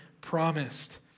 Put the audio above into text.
promised